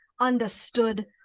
understood